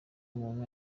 umuntu